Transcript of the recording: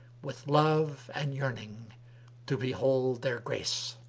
with love and yearning to behold their grace.